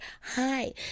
hi